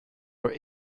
were